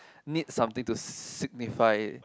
need something to signify